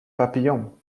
papillon